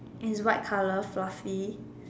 it's white colour fluffy